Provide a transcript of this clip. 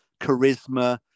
charisma